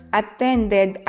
attended